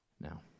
Now